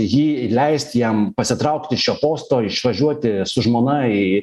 jį leist jam pasitraukt iš šio posto išvažiuoti su žmona į